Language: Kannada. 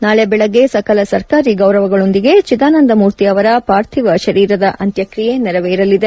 ನಾಳೆ ಬೆಳಗ್ಗೆ ಸಕಲ ಸರ್ಕಾರಿ ಗೌರವಗಳೊಂದಿಗೆ ಚಿದಾನಂದಮೂರ್ತಿ ಅವರ ಪಾರ್ಥಿವ ಶರೀರದ ಅಂತ್ಯಕ್ರಿಯೆ ನೆರವೇರಲಿದೆ